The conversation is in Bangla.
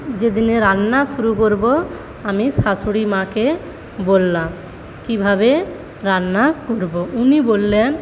যেদিনে রান্না শুরু করব আমি শাশুড়ি মাকে বললাম কীভাবে রান্না করব উনি বললেন